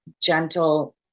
gentle